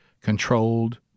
controlled